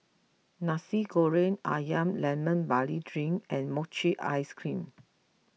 Nasi Goreng Ayam Lemon Barley Drink and Mochi Ice Cream